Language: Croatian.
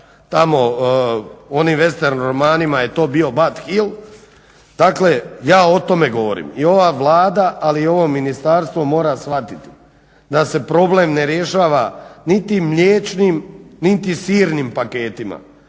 tamo u onim vestern romanima je to bio Bud Hill, dakle ja o tome govorim. I ova Vlada, ali i ovo Ministarstvo mora shvatiti da se problem ne rješava niti mliječnim niti sirnim paketima